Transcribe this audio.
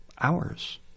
hours